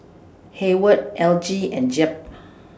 Hayward Elgie and Jep